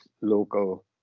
local